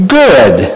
good